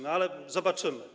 No, ale zobaczymy.